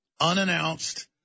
unannounced